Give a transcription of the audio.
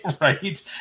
Right